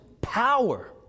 Power